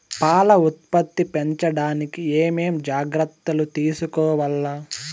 పాల ఉత్పత్తి పెంచడానికి ఏమేం జాగ్రత్తలు తీసుకోవల్ల?